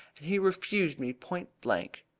and he refused me point blank.